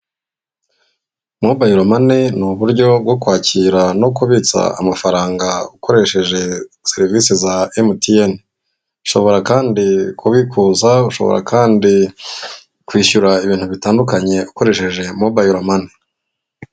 Mobayiromani ni uburyo bwo kwakira no kubitsa amafaranga ukoresheje serivisi za emutiyeni, ushobora kandi kubikuza, ushobora kandi kwishyura ibintu bitandukanye ukoresheje mobayiromani.